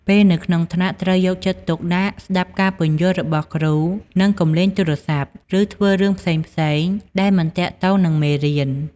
ពេលនៅក្នុងថ្នាក់ ត្រូវយកចិត្តទុកដាក់ស្តាប់ការពន្យល់របស់គ្រូ និងកុំលេងទូរស័ព្ទ ឬធ្វើរឿងផ្សេងៗដែលមិនទាក់ទងនឹងមេរៀន។